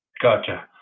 Gotcha